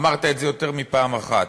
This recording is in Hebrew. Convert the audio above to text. אמרת את זה יותר מפעם אחת.